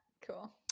Cool